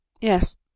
yes